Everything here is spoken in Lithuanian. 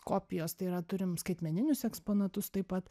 kopijos tai yra turim skaitmeninius eksponatus taip pat